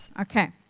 okay